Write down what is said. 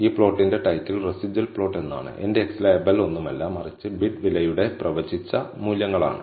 ഈ പ്ലോട്ടിന്റെ title residual plot എന്നാണ് എന്റെ x ലേബൽ ഒന്നുമല്ല മറിച്ച് ബിഡ് വിലയുടെ പ്രവചിച്ച മൂല്യങ്ങളാണ്